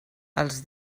els